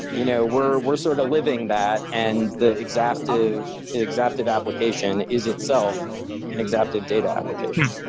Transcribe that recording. you know we're we're sort of living that and the exaptive exaptive application is itself and exaptive data application.